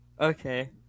Okay